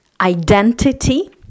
identity